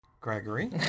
Gregory